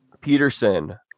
Peterson